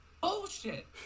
Bullshit